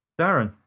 Darren